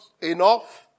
enough